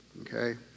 okay